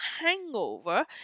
hangover